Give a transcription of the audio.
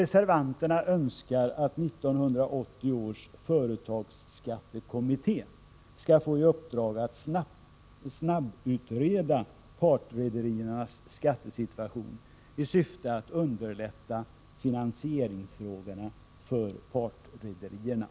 Reservanterna önskar att 1980 års företagsskattekommitté skall få i uppdrag att snabbutreda partrederiernas skattesituation i syfte att underlätta finansieringen för partrederierna.